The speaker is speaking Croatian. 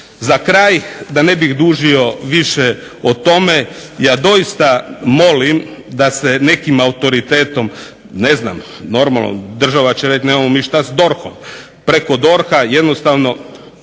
Za kraj da ne bih dužio više o tome ja doista molim da se nekim autoritetom, normalno država će reći nemamo ništa mi s DORH-om, preko DORH-a mogu za ovom